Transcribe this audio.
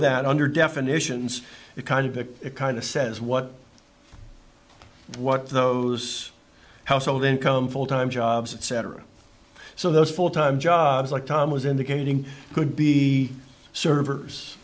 that under definitions it kind of it kind of says what what those household income full time jobs etc so those full time jobs like tom was indicating could be servers